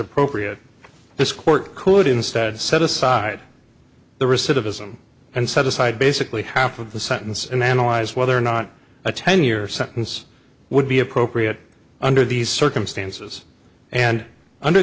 appropriate this court could instead set aside the recidivism and set aside basically half of the sentence and analyze whether or not a ten year sentence would be appropriate under these circumstances and under